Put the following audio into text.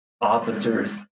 officers